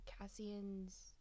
Cassian's